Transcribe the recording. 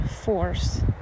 force